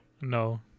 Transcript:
no